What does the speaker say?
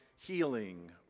healing